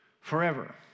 forever